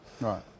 Right